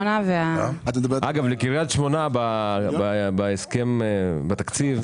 אגב, לקריית שמונה הקצינו בתקציב